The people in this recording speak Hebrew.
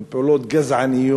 הן פעולות גזעניות.